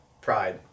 pride